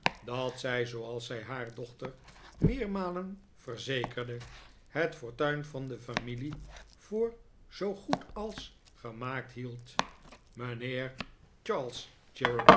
dat zij zooals zij haar dochter meermalen verzekerde het fortuin van de familie voor zoo goed als gemaakt hield mijnheer charles